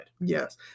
Yes